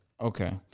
Okay